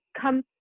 come